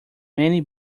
many